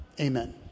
Amen